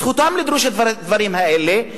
זכותם לדרוש את הדברים האלה,